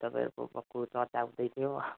अनि तपाईँहरूको भक्कु चर्चा हुँदै थियो